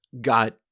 got